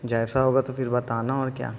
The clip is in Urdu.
جیسا ہوگا تو پھر بتانا اور کیا